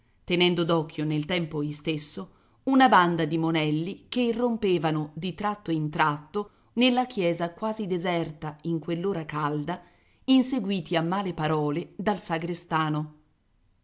tenendo d'occhio nel tempo istesso una banda di monelli che irrompevano di tratto in tratto nella chiesa quasi deserta in quell'ora calda inseguiti a male parole dal sagrestano